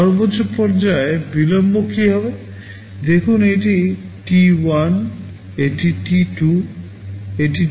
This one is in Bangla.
সর্বোচ্চ পর্যায়ের বিলম্ব কী হবে দেখুন এটি T1 এটি T2 এটি T3